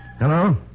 Hello